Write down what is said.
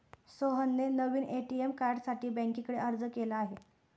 सोहनने नवीन ए.टी.एम कार्डसाठी बँकेकडे अर्ज केला आहे